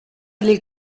del